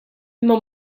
imma